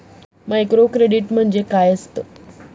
Microcredit म्हणजे काय असतं?